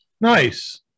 nice